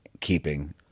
keeping